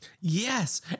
Yes